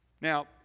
now